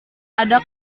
ada